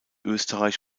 österreich